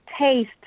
taste